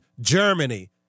Germany